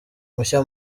mushya